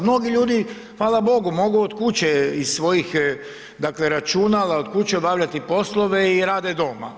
Mnogi ljudi hvala Bogu mogu od kuće iz svojih računala od kuće obavljati poslove i rade doma.